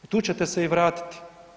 Tu ćete se i vratiti.